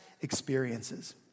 experiences